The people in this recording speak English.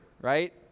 right